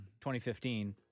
2015